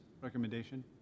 recommendation